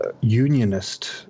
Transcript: Unionist